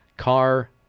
Car